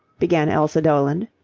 began elsa doland.